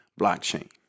blockchain